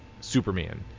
Superman